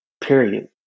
period